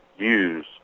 use